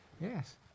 Yes